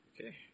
Okay